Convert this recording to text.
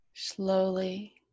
slowly